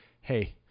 hey